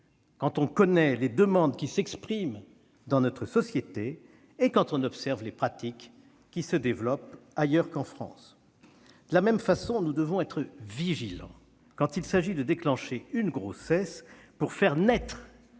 quand on connaît les demandes qui s'expriment dans notre société et quand on observe les pratiques qui se développent ailleurs qu'en France. De la même façon, nous devons être vigilants quand il s'agit de déclencher une grossesse pour faire naître,